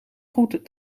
goed